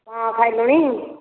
ହଁ ଖାଇଲୁଣି